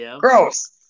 gross